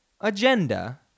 agenda